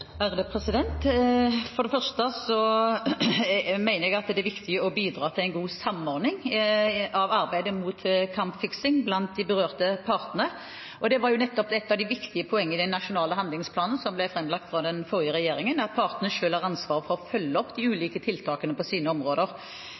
god samordning av arbeidet mot kampfiksing blant de berørte partene. Det var nettopp et av de viktige poengene i den nasjonale handlingsplanen som ble framlagt av den forrige regjeringen, at partene selv har ansvar for å følge opp de